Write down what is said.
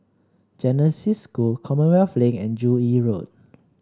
Genesis School Commonwealth Link and Joo Yee Road